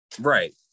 Right